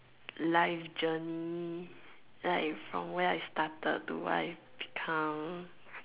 life journey like from where I started to where I become